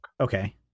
Okay